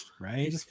right